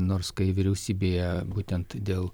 nors kai vyriausybėje būtent dėl